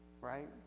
Right